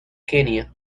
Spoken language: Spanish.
kenia